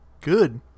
good